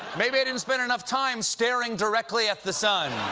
maybe i didn't spend enough time staring directly at the sun.